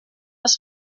das